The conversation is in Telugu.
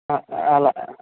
అలా